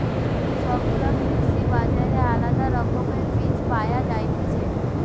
সব গুলা কৃষি বাজারে আলদা রকমের বীজ পায়া যায়তিছে